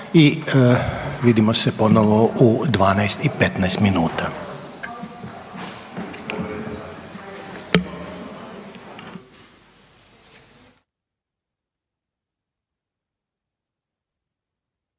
i vidimo se ponovo u 12 i 15 minuta.